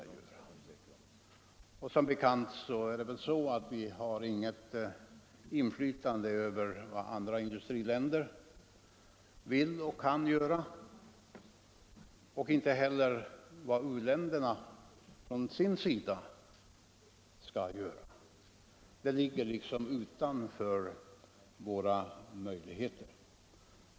Som bekant har vi inget inflytande över vad andra industriländer vill och kan göra och inte heller över vad u-länderna från sin sida skall göra. Det ligger liksom utanför våra möjligheter.